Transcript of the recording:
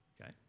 okay